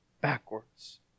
backwards